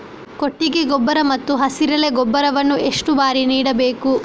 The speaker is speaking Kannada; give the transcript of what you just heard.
ಕೊಟ್ಟಿಗೆ ಗೊಬ್ಬರ ಮತ್ತು ಹಸಿರೆಲೆ ಗೊಬ್ಬರವನ್ನು ಎಷ್ಟು ಬಾರಿ ನೀಡಬೇಕು?